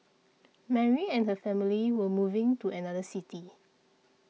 Mary and her family were moving to another city